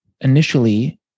Initially